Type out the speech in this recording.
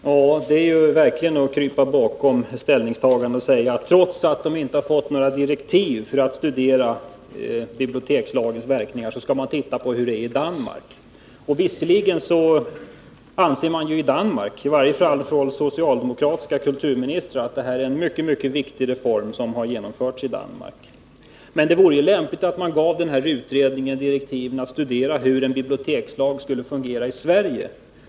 Herr talman! Det är ju verkligen att krypa bakom ett ställningstagande att säga att trots att utredningen inte har fått några direktiv om att studera bibliotekslagens verkningar, så skall den se på hur förhållandena är i Danmark -—i det här avseendet. Visserligen anser man i Danmark -— i varje fall gör socialdemokratiska kulturministrar det — att bibliotekslagen innebär att en mycket viktig reform har genomförts, men det vore lämpligt att ge utredningen direktiv om att studera hur en bibliotekslag skulle fungera i Sverige.